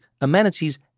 amenities